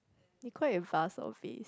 you call it vase or vase